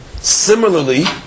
Similarly